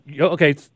okay